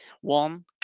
one